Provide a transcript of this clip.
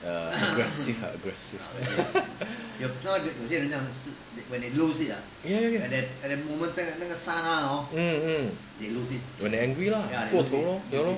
uh aggressive aggressive ya ya mm mm when they angry lah 过头 lah ya lor